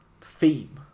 theme